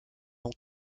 long